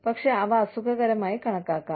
പക്ഷേ അവ അസുഖകരമായി കണക്കാക്കാം